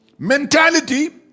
Mentality